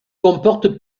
comporte